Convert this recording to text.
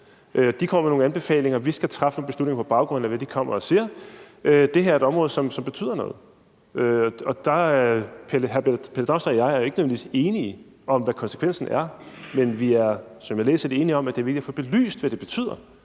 De kommer med nogle anbefalinger, og vi skal træffe nogle beslutninger på baggrund af det, de kommer og siger. Det her er et område, som betyder noget. Og hr. Pelle Dragsted og jeg er ikke nødvendigvis enige om, hvad konsekvensen er, men vi er, som jeg læser det, enige om, at det er vigtigt at få belyst, hvad det betyder.